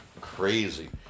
Crazy